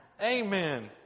Amen